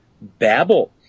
babble